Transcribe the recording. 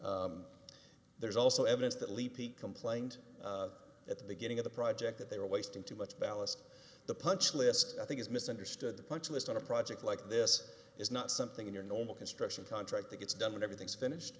it there's also evidence that leap he complained at the beginning of the project that they were wasting too much ballast the punch list i think is misunderstood the punch list on a project like this is not something in your normal construction contract that gets done when everything's finished